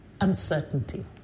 uncertainty